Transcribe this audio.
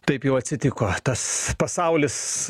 taip jau atsitiko tas pasaulis